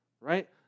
right